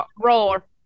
roar